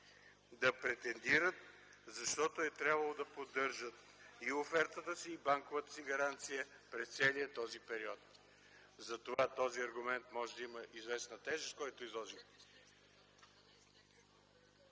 да претендират, защото е трябвало да поддържат и офертата си, и банковата си гаранция през целия този период. Затова този аргумент може да има известна тежест, който изложихте.